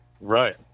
Right